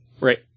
Right